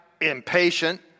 impatient